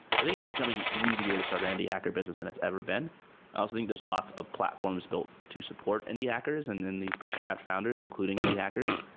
so i think it's becoming easier to start indie hacker business than it's ever been. i also think there's lots of platforms built to support indie hackers and then these bootstrap founders including indie hackers.